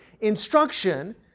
instruction